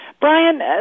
Brian